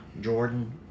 Jordan